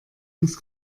ins